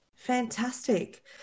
Fantastic